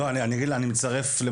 אני מצטרף.